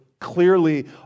clearly